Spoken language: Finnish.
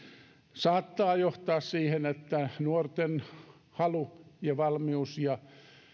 saattaa johtaa siihen että nuorten halu ja valmius ja